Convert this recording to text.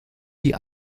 die